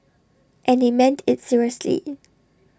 and they meant IT seriously